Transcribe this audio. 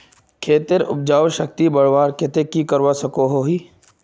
खेतेर उपजाऊ शक्ति बढ़वार केते की की करवा सकोहो ही?